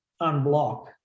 unblock